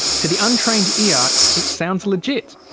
to the untrained ear it sounds legit.